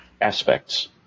aspects